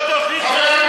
אני